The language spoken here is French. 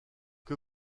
que